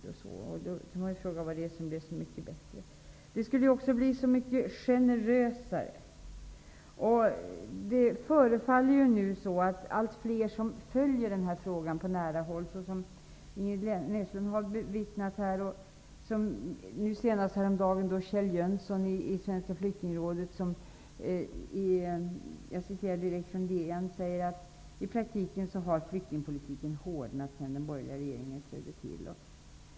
Man kan då fråga sig vad det är som blev så mycket bättre. Det skulle också bli så mycket generösare. Det förefaller nu som om allt fler av dem som följer denna fråga på nära håll -- vilket Ingrid Näslund här har vittnat om -- anser att så inte är fallet. Nu senast häromdagen sade Kjell Jönsson från Svenska flyktingrådet i DN: I praktiken har flyktingpolitiken hårdnat sedan den borgerliga regeringen trädde till.